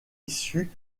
issu